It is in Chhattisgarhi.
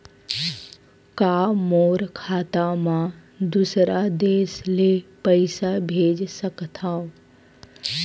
का मोर खाता म दूसरा देश ले पईसा भेज सकथव?